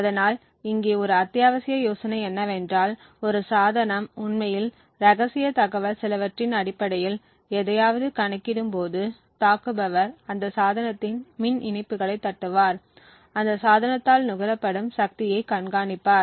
அதனால் இங்கே ஒரு அத்தியாவசிய யோசனை என்னவென்றால் ஒரு சாதனம் உண்மையில் ரகசிய தகவல் சிலவற்றின் அடிப்படையில் எதையாவது கணக்கிடும்போது தாக்குபவர் அந்த சாதனத்தின் மின் இணைப்புகளைத் தட்டுவார் அந்தச் சாதனத்தால் நுகரப்படும் சக்தியைக் கண்காணிப்பார்